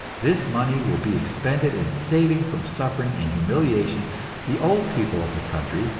this money will be expended in saving from suffering and humiliation the old people of the country,